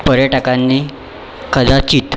पर्यटकांनी कदाचित